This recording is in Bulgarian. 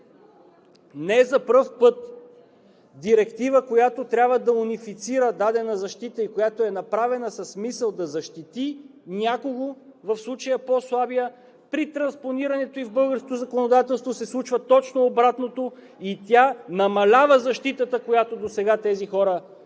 не за пръв път Директива, която трябва да унифицира дадена защита и която е направена с мисъл да защити някого, в случая по-слабия, при транспонирането ѝ в българското законодателство, се случва точно обратното и тя намалява защитата, която досега тези хора имаха.